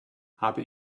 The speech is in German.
habe